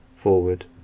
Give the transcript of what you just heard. forward